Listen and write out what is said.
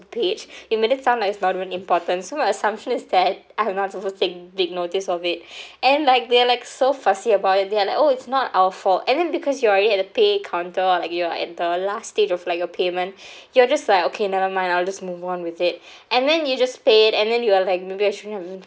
page you made it sound like it's not even important so my assumption is that I am not supposed to take big notice of it and like they're like so fussy about it they're like oh it's not our fault and then because you're already at the pay counter or like you're at the last stage of like your payment you're just like okay never mind I'll just move on with it and then you just pay it and then you're like maybe I shouldn't have